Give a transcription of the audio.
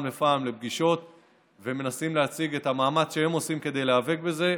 לפעם לפגישות ומנסים להציג את המאמץ שהם עושים כדי להיאבק בזה.